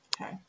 Okay